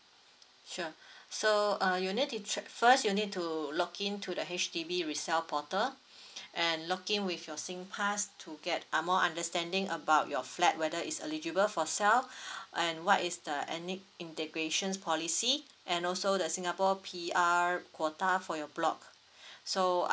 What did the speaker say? sure so uh you need to ch~ first you need to login to the H_D_B resell portal and login with your singpass to get uh more understanding about your flat whether it's eligible for sell and what is the any integrations policy and also the singapore P_R quota for your block so